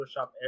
Photoshop